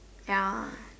ya